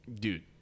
Dude